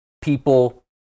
people